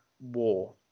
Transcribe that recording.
war